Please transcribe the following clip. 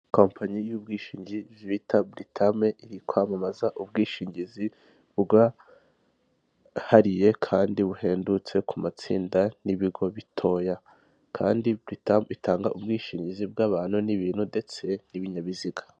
Company y'ubwishingi bita britam iri kwamamaza ubwishingizi bwihariye kandi buhendutse ku matsinda n'ibigo bitoya, kandi britam itanga ubwishingizi bw'abantu n'ibintu ndetse n'ibinyabiziga.